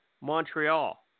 Montreal